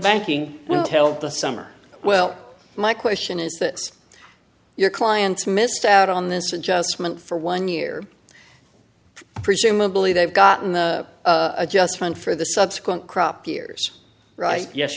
banking until the summer well my question is this your clients missed out on this adjustment for one year presumably they've gotten the adjustment for the subsequent crop years right yes